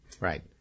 Right